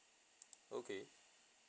okay